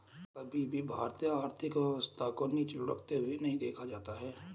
कभी भी भारतीय आर्थिक व्यवस्था को नीचे लुढ़कते हुए नहीं देखा जाता है